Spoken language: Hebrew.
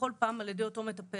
ובכל פעם על ידי אותו מטפל.